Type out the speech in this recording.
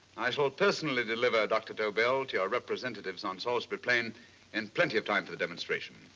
i shall personally deliver dr. tobel to your representatives on salisbury plain in plenty of time for the demonstration.